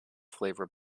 flavor